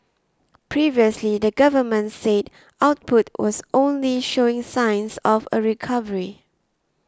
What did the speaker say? previously the government said output was only showing signs of a recovery